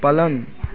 पलङ